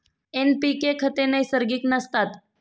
NPK खते नैसर्गिक नसतात